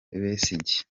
besigye